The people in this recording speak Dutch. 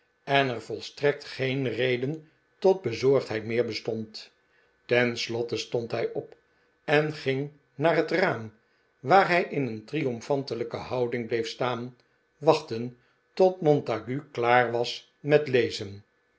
en er volstrekt geen reden tot bezorgdheid meer bestond tenslotte stond hij op en ging naar het raam waar hij in een triomfantelijke houding bleef staan wachten tot montague klaar was met lezen